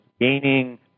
gaining